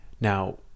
Now